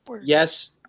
yes